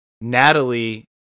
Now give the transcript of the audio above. Natalie